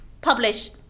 Publish